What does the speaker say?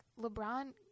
LeBron